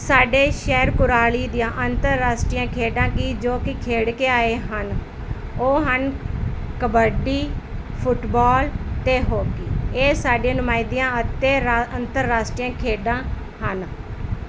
ਸਾਡੇ ਸ਼ਹਿਰ ਕੁਰਾਲੀ ਦੀਆਂ ਅੰਤਰਰਾਸ਼ਟਰੀ ਖੇਡਾਂ ਕਿ ਜੋ ਕਿ ਖੇਡ ਕੇ ਆਏ ਹਨ ਉਹ ਹਨ ਕਬੱਡੀ ਫੁੱਟਬੋਲ ਅਤੇ ਹੋਕੀ ਇਹ ਸਾਡੇ ਨੁਮਾਇਦੀਆਂ ਅਤੇ ਰ ਅੰਤਰਰਾਸ਼ਟਰੀ ਖੇਡਾਂ ਹਨ